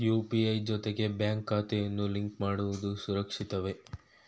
UPI ಜೊತೆಗೆ bank ಖಾತೆಯನ್ನು link ಮಾಡುವುದು ಸುರಕ್ಷಿತವೇ?